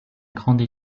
grande